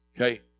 Okay